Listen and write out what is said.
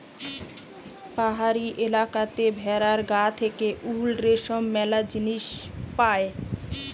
পাহাড়ি এলাকাতে ভেড়ার গা থেকে উল, রেশম ম্যালা জিনিস পায়